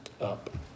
up